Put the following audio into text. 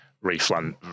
refund